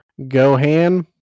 gohan